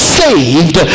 saved